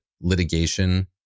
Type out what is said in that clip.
litigation